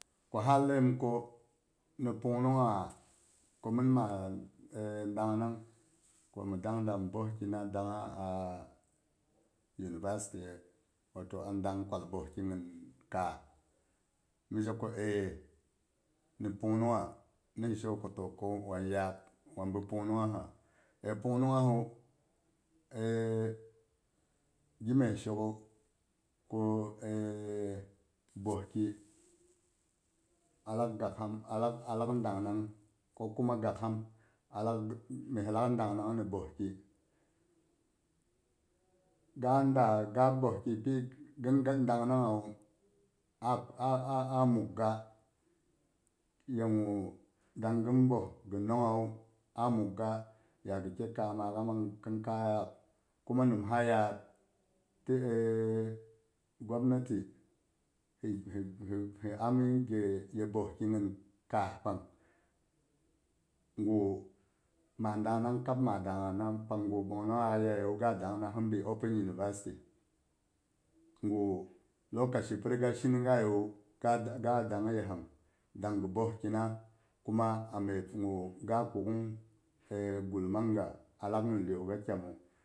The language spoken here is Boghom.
Ko ha laiyim ko ni pung nungha ko min ma dangnang ko mi dang dami boes kina dangha a university ye? Wato adang kwal boeh ki in kaah mi jeko aei, ni pung nungha, ni he she ko to wan yad? Wan bi pungnungha aei pung nunghahu gi meh she ko boeh ki, alak gakham alak alak dang nang a ko kuma gakham alak meh lak dang nang ni boeh ki. Ga da ga boeh ki ghin ghin dang naughawu a a mugh ga ye gu dang ghin boeh gi nonghawu a mughga ghi ke kammakha mang khin kayak kuma nimha yad ti gwap nati he he ami ye boeh ki nyin kaah pang gu ma dangnag keb ma daang'nawu gu ɓongnonghak yayewu ga dangna hin bi open university ki gu lokaci pi riga shingaye wu ga a dang yepang dang gi boeh kina kuma a myep gu ga a kukn a gul manga.